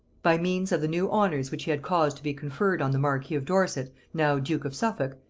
by means of the new honors which he had caused to be conferred on the marquis of dorset, now duke of suffolk,